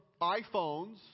iPhones